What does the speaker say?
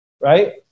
right